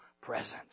presence